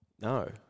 no